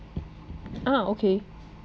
ah okay